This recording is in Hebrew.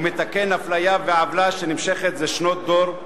והוא מתקן אפליה ועוולה שנמשכת זה שנות דור.